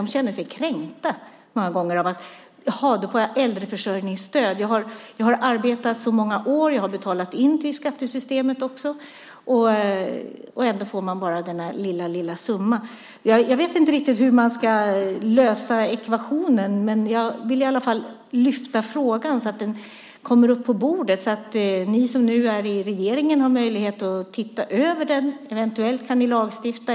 De känner sig kränkta många gånger av detta. De tänker: Jaha, nu får jag äldreförsörjningsstöd. Jag har arbetat i så många år och betalat in till skattesystemet, och ändå får jag bara denna lilla summa. Jag vet inte riktigt hur man ska lösa ekvationen, men jag vill i alla fall lyfta fram frågan så att den kommer upp på bordet och så att ni som nu är i regeringen har möjlighet att se över den. Eventuellt kan ni lagstifta.